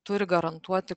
turi garantuoti